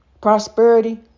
Prosperity